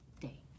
day